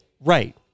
Right